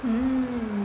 mm